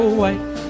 white